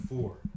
four